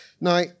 Now